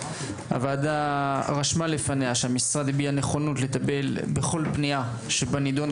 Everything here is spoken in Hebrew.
הוועדה רשמה לפניה שהמשרד הביע נכונות לטפל בכל פנייה שבנדון,